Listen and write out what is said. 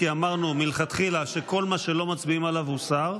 כי אמרנו מלכתחילה שכל מה שלא מצביעים עליו הוסר,